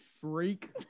Freak